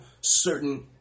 certain